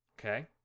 Okay